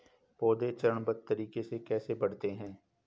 पौधे चरणबद्ध तरीके से कैसे बढ़ते हैं?